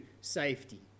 safety